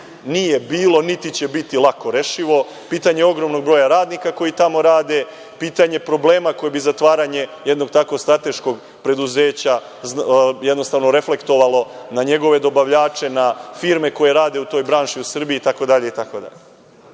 nije bilo niti će biti lako rešivo, pitanje ogromnog broja radnika koji tamo rade, pitanje problema koje bi zatvaranje jednog takvog strateškog preduzeća reflektovalo na njegove dobavljače, na firme koje rade u toj branši u Srbiji, itd,